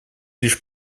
лишь